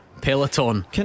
Peloton